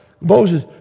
Moses